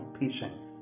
patience